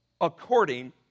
according